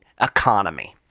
economy